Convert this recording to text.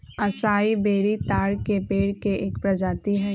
असाई berry ताड़ के पेड़ के एक प्रजाति हई